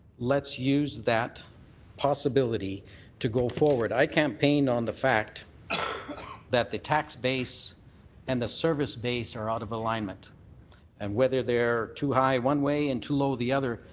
let's use that possibility to go forward. i campaigned on the fact that the tax base and a service base are out of alignment and whether they're too high one way and too low the other.